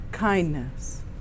Kindness